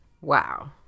Wow